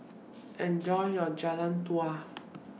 Enjoy your Jian Dui